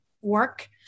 work